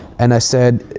and i said,